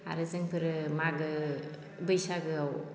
आरो जोंफोरो मागो बैसागोआव